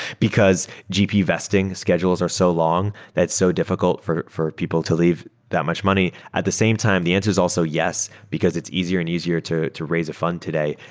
because gp vesting schedules are so long. that's so diffi cult for for people to leave that much money. at the same time, the answer is also yes, because it's easier and easier to to raise a fund today.